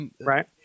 Right